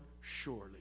surely